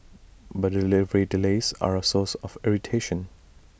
but delivery delays are A source of irritation